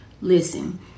Listen